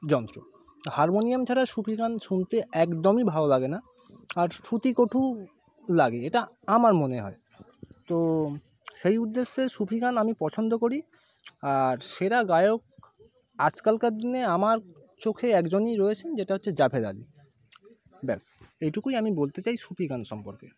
যন্ত্র হারমোনিয়াম ছাড়া সুফি গান শুনতে একদমই ভালো লাগে না আর শ্রুতিকটু লাগে এটা আমার মনে হয় তো সেই উদ্দেশ্যে সুফি গান আমি পছন্দ করি আর সেরা গায়ক আজকালকার দিনে আমার চোখে একজনই রয়েছেন যেটা হচ্ছে জাভেদ আলি ব্যাস এইটুকুই আমি বলতে চাই সুফি গান সম্পর্কে